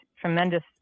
tremendous